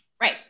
Right